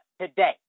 today